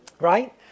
right